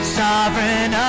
sovereign